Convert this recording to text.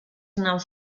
naus